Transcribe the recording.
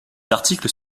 articles